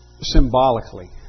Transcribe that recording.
symbolically